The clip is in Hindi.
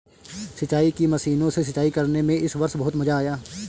सिंचाई की मशीनों से सिंचाई करने में इस वर्ष बहुत मजा आया